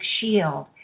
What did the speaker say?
shield